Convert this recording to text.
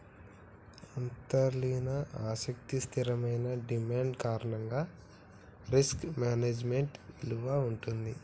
అంతర్లీన ఆస్తికి స్థిరమైన డిమాండ్ కారణంగా రిస్క్ మేనేజ్మెంట్ విలువ వుంటది